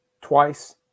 twice